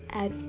add